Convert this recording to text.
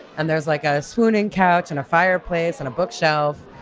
and there's like a swooning couch and a fireplace and a bookshelf.